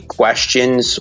questions